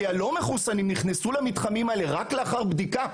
כי הלא מחוסנים נכנסו למתחמים האלה רק לאחר בדיקה.